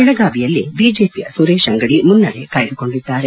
ಬೆಳಗಾವಿಯಲ್ಲಿ ಬಿಜೆಪಿಯ ಸುರೇಶ್ ಅಂಗಡಿ ಮುನ್ನಡೆ ಕಾಯ್ದುಕೊಂಡಿದ್ದಾರೆ